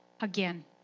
again